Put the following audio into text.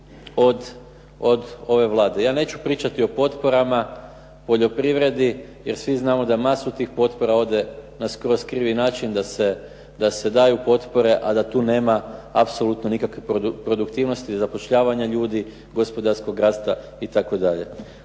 od ove Vlade. Ja neću pričati o potporama poljoprivredi, jer svi znamo da masu tih potpora ode na skroz krivi način, da se daju potpore, a da tu nema apsolutno nikakve produktivnosti, zapošljavanja ljudi, gospodarskog rasta itd.